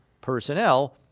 personnel